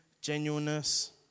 genuineness